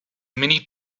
many